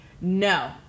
no